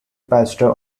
pastor